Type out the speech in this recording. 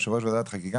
יושבת ראש ועדת חקיקה,